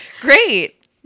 Great